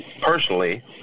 personally